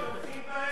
אתם עוד תומכים בהם,